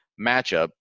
matchup